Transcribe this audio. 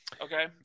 okay